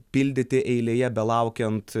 pildyti eilėje belaukiant